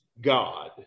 God